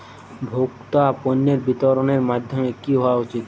ভোক্তা পণ্যের বিতরণের মাধ্যম কী হওয়া উচিৎ?